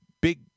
big